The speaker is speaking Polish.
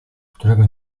którego